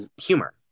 humor